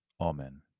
Amen